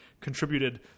contributed